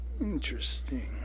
interesting